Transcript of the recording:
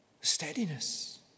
steadiness